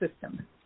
system